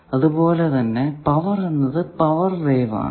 അതുപോലെ തന്നെ പവർ എന്നത് പവർ വേവ് ആണ്